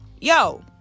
yo